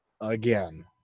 again